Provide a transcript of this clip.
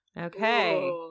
Okay